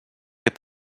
est